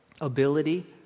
ability